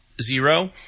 Zero